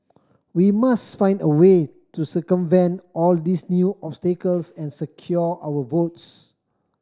we must find a way to circumvent all these new obstacles and secure our votes